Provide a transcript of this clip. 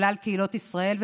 לכלל קהילות ישראל,